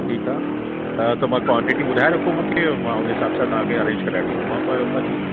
ठीकु आहे तव्हां कॉन्टेटी ॿुधाए रखो मूंखे मां उने हिसाब सां तव्हांखे अरेंज कराए ॾींदोमाव प परीहं